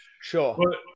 Sure